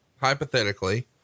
hypothetically